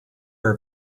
her